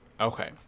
okay